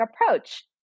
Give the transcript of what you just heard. approach